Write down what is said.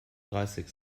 dreißig